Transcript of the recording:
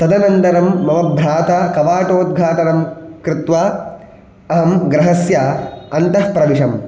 तदनन्तरं मम भ्राता कवाटोद्घाटनं कृत्वा अहं गृहस्य अन्तः प्रविशं